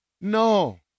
No